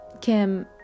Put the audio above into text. Kim